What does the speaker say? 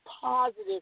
positive